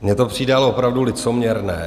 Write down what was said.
Mně to přijde ale opravdu licoměrné.